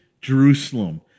Jerusalem